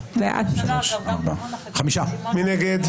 מי נגד?